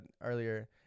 earlier